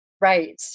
Right